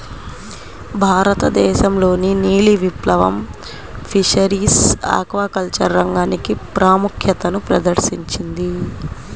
భారతదేశంలోని నీలి విప్లవం ఫిషరీస్ ఆక్వాకల్చర్ రంగానికి ప్రాముఖ్యతను ప్రదర్శించింది